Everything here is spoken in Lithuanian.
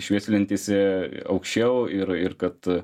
švieslentėse aukščiau ir ir kad